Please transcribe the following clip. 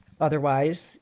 Otherwise